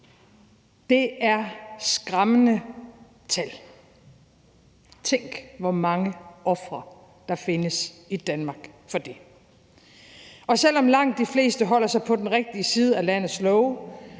Det er skræmmende tal. Tænk, hvor mange ofre der findes i Danmark for det. Og selv om langt de fleste holder sig på den rigtige side af landets love,